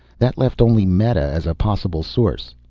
that left only meta as a possible source.